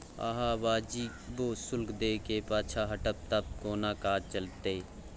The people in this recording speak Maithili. अहाँ वाजिबो शुल्क दै मे पाँछा हटब त कोना काज चलतै